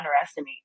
underestimate